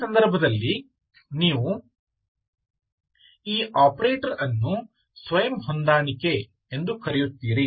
ಈ ಸಂದರ್ಭದಲ್ಲಿ ನೀವು ಈ ಆಪರೇಟರ್ ಅನ್ನು ಸ್ವಯಂ ಹೊಂದಾಣಿಕೆ ಎಂದು ಕರೆಯುತ್ತೀರಿ